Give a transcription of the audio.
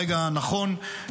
ברגע הנכון,